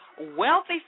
Wealthy